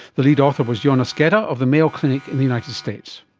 the lead author was yonas geda of the mayo clinic in the united states.